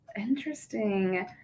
Interesting